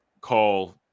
call